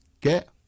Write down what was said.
get